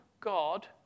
God